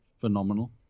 phenomenal